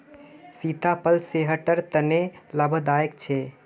सीताफल सेहटर तने लाभदायक छे